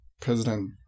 President